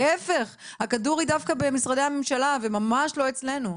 להיפך, הכדור דווקא במשרדי הממשלה וממש לא אצלנו.